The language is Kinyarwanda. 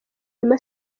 wema